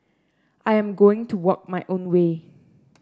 I am going to walk my own way